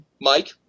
Mike